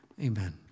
Amen